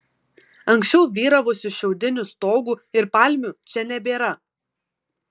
anksčiau vyravusių šiaudinių stogų ir palmių čia nebėra